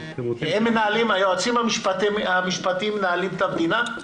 היועצים המשפטיים מנהלים את המדינה?